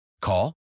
Call